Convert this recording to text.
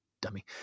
dummy